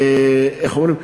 איך אומרים,